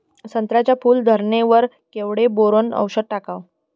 संत्र्याच्या फूल धरणे वर केवढं बोरोंन औषध टाकावं?